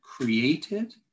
created